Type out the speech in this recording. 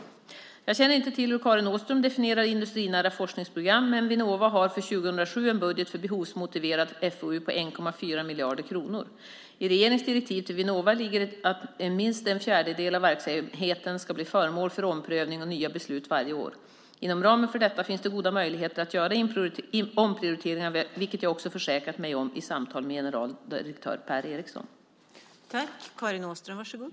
Jag känner inte till hur Karin Åström definierar industrinära forskningsprogram. Men Vinnova har för 2007 en budget för behovsmotiverad FoU på 1,4 miljarder kronor. I regeringens direktiv till Vinnova ligger att minst en fjärdedel av verksamheten ska bli föremål för omprövning och nya beslut varje år. Inom ramen för detta finns det goda möjligheter att göra omprioriteringar, vilket jag också försäkrat mig om i samtal med generaldirektör Per Eriksson.